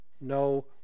no